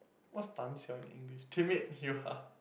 what's 胆小 in English timid you are